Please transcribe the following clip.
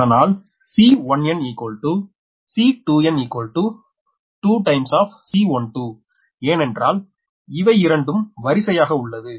அதனால் C1nC2n 2 C12 ஏனென்றால் இவை இரண்டும் வரிசையாக உள்ளது